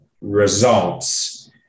results